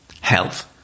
health